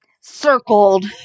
circled